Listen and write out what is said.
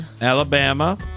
Alabama